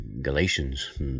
Galatians